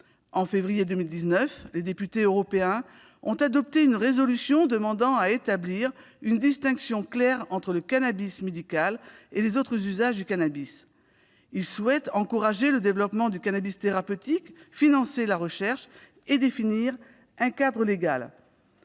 En février dernier, les députés européens ont adopté une résolution demandant à établir une distinction claire entre le cannabis médical et les autres usages du cannabis. Ils souhaitent encourager le développement du cannabis thérapeutique, financer la recherche et définir un cadre légal.